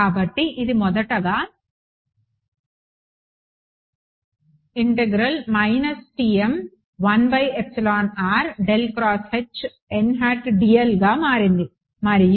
కాబట్టి ఇది మొదటగా మారింది మరియు